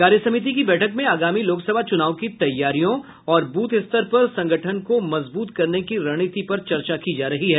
कार्यसमिति की बैठक में आगामी लोकसभा चुनाव की तैयारियों और बूथ स्तर पर संगठन को मजबूत करने की रणनीति पर चर्चा की जा रही है